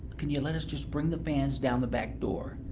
can you let us just bring the fans down the back door?